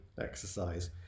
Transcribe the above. exercise